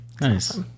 Nice